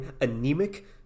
anemic